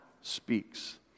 speaks